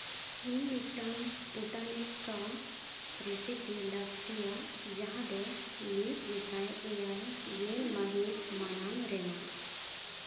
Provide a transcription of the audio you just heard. ᱤᱧ ᱢᱤᱫᱴᱟᱝ ᱯᱳᱴᱟᱱᱤᱥᱠᱟ ᱨᱮᱥᱤᱯᱤ ᱞᱟᱹᱠᱛᱤᱭᱟ ᱡᱟᱦᱟᱸ ᱫᱚ ᱢᱤᱫ ᱜᱮᱥᱟᱭ ᱮᱭᱟᱭ ᱜᱮᱞ ᱢᱟᱹᱦᱤᱛ ᱢᱟᱲᱟᱝ ᱨᱮᱱᱟᱜ